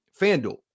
FanDuel